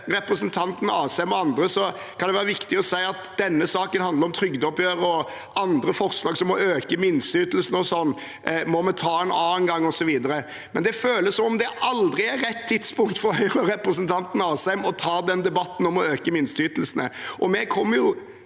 at for representanten Asheim og andre kan det være viktig å si at denne saken handler om trygdeoppgjøret, og at andre forslag, som å øke minsteytelsene og sånt, må vi ta en annen gang, osv. – men det føles som om det aldri er rett tidspunkt for Høyre og representanten Asheim å ta debatten om å øke minsteytelsene. Vi kommer